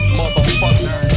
motherfuckers